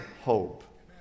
hope